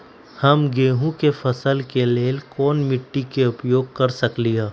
हम गेंहू के फसल के लेल कोन मिट्टी के उपयोग कर सकली ह?